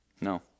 No